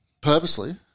Purposely